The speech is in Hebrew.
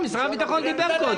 משרד הביטחון דיבר קודם.